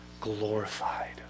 glorified